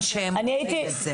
אני הייתי,